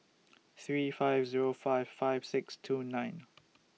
three five Zero five five six two nine